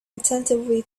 attentively